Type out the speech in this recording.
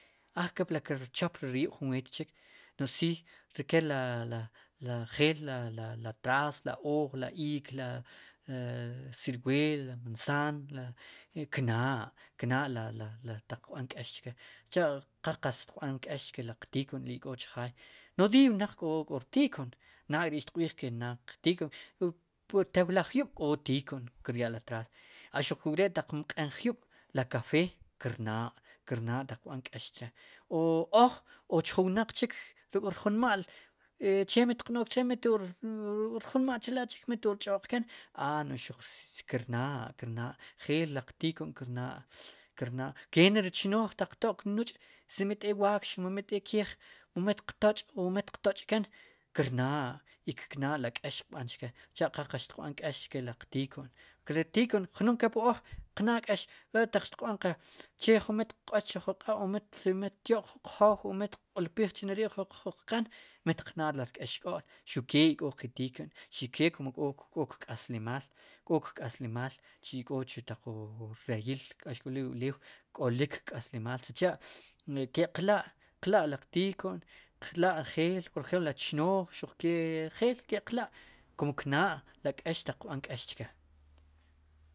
Kepli lirchop riib'jun weet chik no'j si ri kel la la njeel la, la la traas ri ooj la iik la ciruela la manzaan knaa, knaa la la la qb'an kéex chke sicha' qal qatz xtiq b'an k'eex chke chu ri qtika'ri k'o chjaay nodiiy wnaq k'o rti'ka' nak'ri xtiqb'iij ke naad rti'ka' pwu tew laj jyub' k'o tika' kiryaa ri traas a xuq wre'ptaq mq'en jyub' l akafee kirnaa taq qb'an k'eex chee o oj o chjun wnaq chik ruk'rjunma'l che mitiq b'nook chee ruk'rjumna'l chrela'chik mi to'rtch'o'qken a no'j xuq kiirnaa kirnaa njeel qtika'xuq kirnaa, xuq keneri chnooj taq to'q nuch' si mi t'eek waakx mi t'eek keej mi mitqtoch'o miit qtoch'ken kirnaa' knaa'ri kéex qb'an chkee si cha'qal xtiq b'an k'eex chke riq tika' riq tika' jnum kepli oj qnaa' k'ex pla'qe mitiq q'ooch wuq q'aab' mit yo'q jun qjow o mitiq q'ulpijchneri' jun qqan mitiq naa ri rk'exk'ool xukee ik'o ke tika' xuke kum k'o kk'aslimaal, k'ok k'aslimaal wi ok'o chu wu taq rreyil wu ulew k'olik kk'aslimaal sicha' ke'qla'riq tika' qla'njeel ri chnooj njeel ke'q la' kum knaa'ri k'ex taq qb'an k'eex chke.